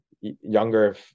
younger